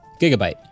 Gigabyte